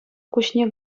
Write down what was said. куҫне